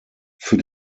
für